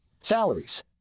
salaries